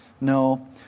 No